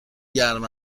گرم